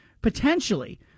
potentially